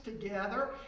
together